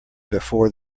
before